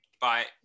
Bye